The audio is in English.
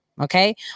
okay